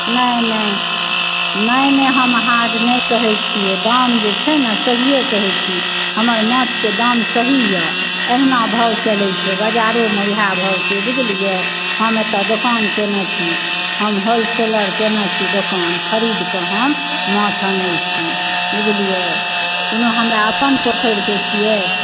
नहि नहि नहि नहि हम महग नहि कहै छियै दाम सहिये कहै छी हमर माछके दाम सही यऽ अहिना भाव चलै छै बाजारोमे इएह भाव छै बुझलियै हम एतऽ दोकान कयने छी हम होलसेलर कयने छी दोकान खरीदकऽ हम माछ आनै छी बुझलियै कोनो हमर अपन पोखरिके छियै